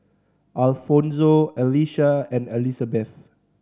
Alfonzo Alicia and Elisabeth